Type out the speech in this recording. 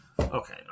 Okay